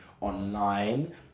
online